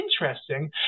interesting